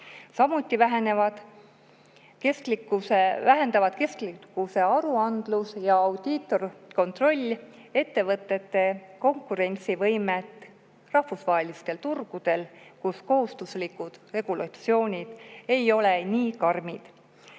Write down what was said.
Samuti vähendavad kestlikkusaruandlus ja audiitorkontroll ettevõtete konkurentsivõimet rahvusvahelistel turgudel, kus kohustuslikud regulatsioonid ei ole nii karmid. Eesti